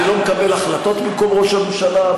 אני לא מקבל החלטות במקום ראש הממשלה,